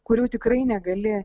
kurių tikrai negali